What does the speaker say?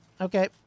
Okay